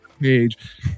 page